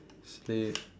sleep